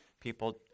people